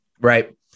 right